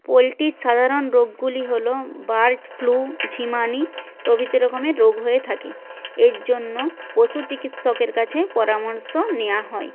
পোলট্রির সাধারণ রোগগুলি হলো বার্ড ফ্লু ঝিমুনি প্রভৃতি রকমের রোগ হয়ে থাকে এর জন্য পশু চিকিৎসকের কাছে পরামর্শ নেয়া হয়